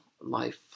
life